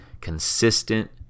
consistent